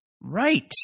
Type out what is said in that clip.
Right